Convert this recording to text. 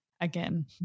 again